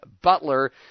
Butler